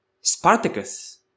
Spartacus